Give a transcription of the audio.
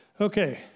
okay